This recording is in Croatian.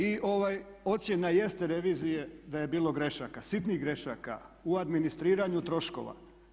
I ocjena jeste revizije da je bilo grešaka, sitnih grašaka u administriranju troškova.